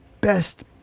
best